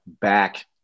back